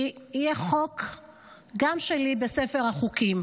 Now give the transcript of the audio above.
כי יהיה חוק גם שלי בספר החוקים.